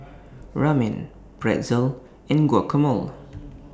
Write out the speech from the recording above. Ramen Pretzel and Guacamole